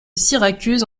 syracuse